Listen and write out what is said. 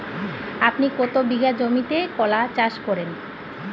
আপনি কত বিঘা জমিতে কলা চাষ করেন?